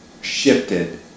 shifted